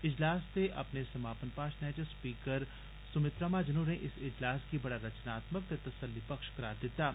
इजलास दे अपने समापन भाशण स्पीकर सुमित्रा महाजन होरें इस इजलास गी बड़ा रचनात्मक ते तसल्लीबख्श करार दित्ता ऐ